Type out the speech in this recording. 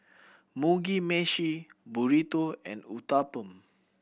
Mugi Meshi Burrito and Uthapam